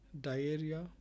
diarrhea